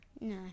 No